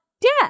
death